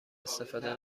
استفاده